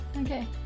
Okay